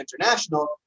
International